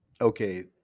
Okay